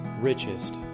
richest